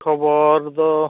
ᱠᱷᱚᱵᱚᱨ ᱫᱚ